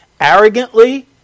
arrogantly